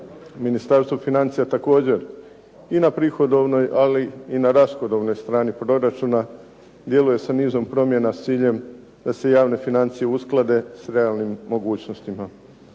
Ministarstvo financija također i na prihodovnoj ali i na rashodovnoj strani proračuna djeluje sa nizom promjena s ciljem da se javne financije usklade sa realnim mogućnostima.